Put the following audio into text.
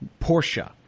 Porsche